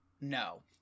no